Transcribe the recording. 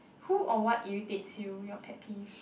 who or what irritates you your pet peeve